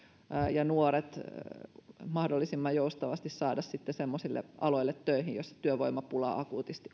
ja nuoret mahdollisimman joustavasti saada töihin semmoisille aloille joissa työvoimapulaa akuutisti